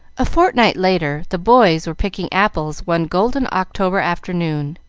a fortnight later, the boys were picking apples one golden october afternoon,